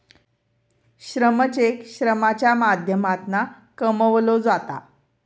श्रम चेक श्रमाच्या माध्यमातना कमवलो जाता